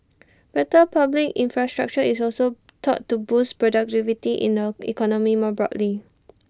better public infrastructure is also thought to boost productivity in the economy more broadly